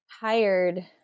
Hired